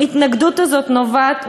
האם ההתנגדות הזאת נובעת,